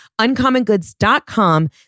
UncommonGoods.com